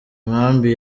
nkambi